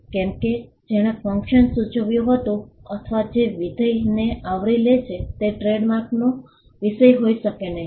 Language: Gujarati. કંઈક કે જેણે ફંક્શન સૂચવ્યું હતું અથવા જે વિધેયને આવરી લે છે તે ટ્રેડમાર્કનો વિષય હોઈ શકે નહીં